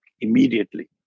immediately